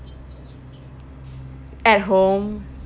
at home